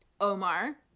Omar